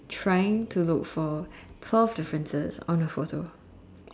trying to look for twelve differences on a photo